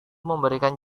memberikan